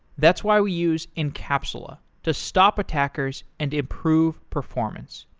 that's why we use encapsula to stop attackers and improve performance.